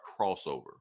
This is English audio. crossover